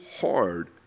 hard